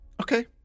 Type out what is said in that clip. Okay